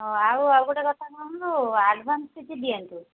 ହଁ ଆଉ ଆଉ ଗୋଟେ କଥା ଶୁଣନ୍ତୁ ଆଡ଼ଭାନ୍ସ କିଛି ଦିଅନ୍ତୁ